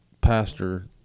pastor